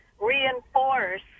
reinforce